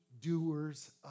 doers